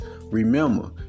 remember